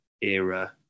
era